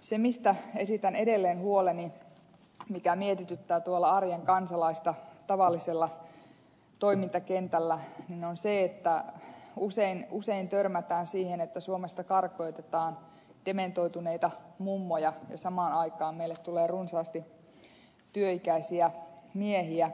se mistä esitän edelleen huoleni ja mikä mietityttää tuolla arjen kansalaista tavallisella toimintakentällä on se että usein törmätään siihen että suomesta karkotetaan dementoituneita mummoja ja samaan aikaan meille tulee runsaasti työikäisiä miehiä